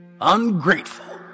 ungrateful